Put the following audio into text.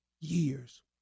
years